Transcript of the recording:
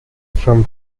from